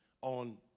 on